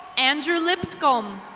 andrew lipscomb.